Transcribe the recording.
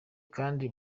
kandi